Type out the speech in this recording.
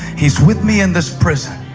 he's with me in this prison.